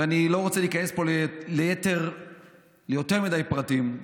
ואני לא רוצה להיכנס פה ליותר מדי פרטים,